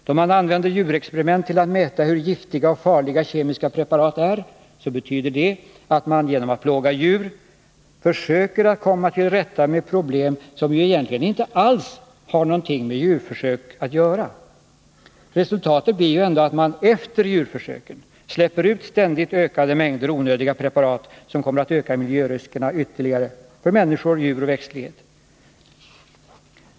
Då man använder djurexperiment till att mäta hur giftiga och farliga kemiska preparat är, betyder det att man genom att plåga djur försöker att komma till rätta med problem som inte alls har någonting med djurförsök att göra! Resultatet blir ju ändå att man efter djurförsök släpper ut ständigt ökande mängder onödiga preparat, som kommer att öka miljöriskerna ytterligare för människor, djur och växtlighet.